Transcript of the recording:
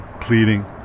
pleading